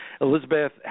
Elizabeth